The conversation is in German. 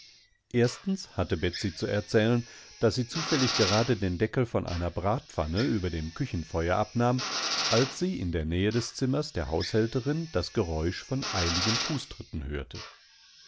erstens hatte betsey zu erzählen daß sie zufällig gerade den deckel von einer bratpfanne über dem küchenfeuer abnahm als sie in der nähe des zimmers der haushälterindasgeräuschvoneiligenfußtrittenhörte zweitens hörte